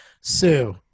Sue